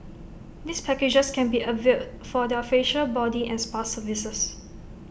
these packages can be availed for their facial body and spa services